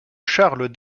charles